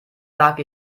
sag